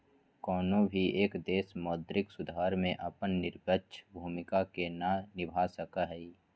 कौनो भी एक देश मौद्रिक सुधार में अपन निरपेक्ष भूमिका के ना निभा सका हई